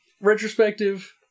retrospective